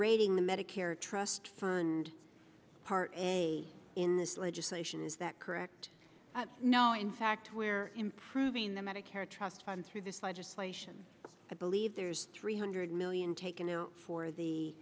raiding the medicare trust fund part a in this legislation is that correct no in fact we're improving the medicare trust fund through this legislation i believe there's three hundred million taken in for